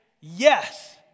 Yes